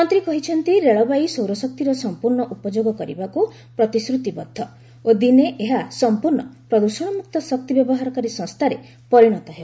ମନ୍ତ୍ରୀ କହିଛନ୍ତି ରେଳବାଇ ସୌରଶକ୍ତିର ସମ୍ପର୍ଣ୍ଣ ଉପଯୋଗ କରିବାକୁ ପ୍ରତିଶ୍ରତିବଦ୍ଧ ଓ ଦିନେ ଏହା ସମ୍ପର୍ଷ୍ଣ ପ୍ରଦୃଷଣମୁକ୍ତ ଶକ୍ତି ବ୍ୟବହାରକାରୀ ସଂସ୍ଥାରେ ପରିଣତ ହେବ